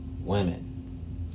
women